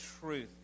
truth